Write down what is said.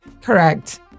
Correct